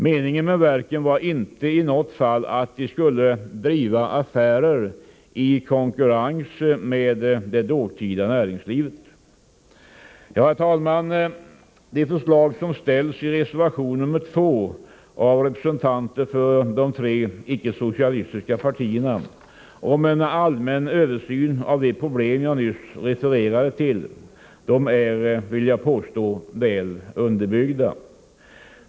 Meningen med verken var inte i något fall att de skulle driva affärer i konkurrens med det dåtida näringslivet. Herr talman! Det förslag som ställs i reservation nr 2 av representanter för de tre icke-socialistiska partierna om en allmän översyn av de problem jag nyss refererat till är — det vill jag påstå — väl underbyggda.